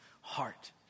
heart